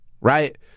right